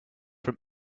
from